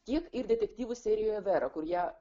tiek ir detektyvų serijoje vera kur ją